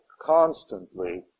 constantly